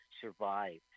survive